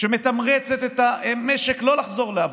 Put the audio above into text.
שמתמרצת את המשק לא לחזור לעבודה,